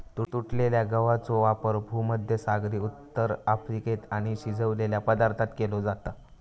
तुटलेल्या गवाचो वापर भुमध्यसागरी उत्तर अफ्रिकेत आणि शिजवलेल्या पदार्थांत केलो जाता